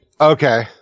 Okay